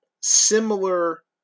similar